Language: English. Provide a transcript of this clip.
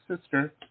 sister